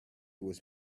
was